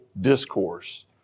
discourse